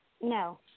no –